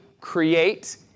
create